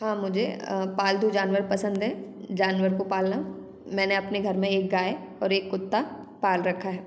हाँ मुझे अ पालतू जानवर पसंद है जानवर को पालना मैंने अपने घर में एक गाय और एक कुत्ता पाल रखा है